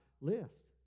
list